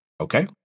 Okay